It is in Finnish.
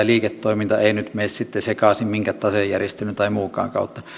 liiketoiminta eivät nyt mene sekaisin minkään tasejärjestelmän tai muunkaan kautta